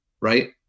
right